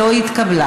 לא התקבלה.